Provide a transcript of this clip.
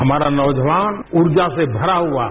हमारा नौजवान रूर्जा से भरा हुआ है